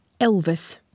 Elvis